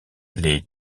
les